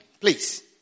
Please